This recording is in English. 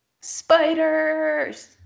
Spiders